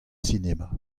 sinema